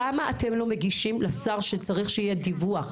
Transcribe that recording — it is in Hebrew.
למה אתם לא מגישים לשר שצריך שיהיה דיווח?